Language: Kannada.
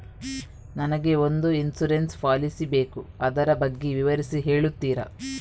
ನನಗೆ ಒಂದು ಇನ್ಸೂರೆನ್ಸ್ ಪಾಲಿಸಿ ಬೇಕು ಅದರ ಬಗ್ಗೆ ವಿವರಿಸಿ ಹೇಳುತ್ತೀರಾ?